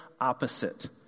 opposite